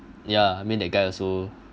ya I mean that guy also